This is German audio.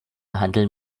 handeln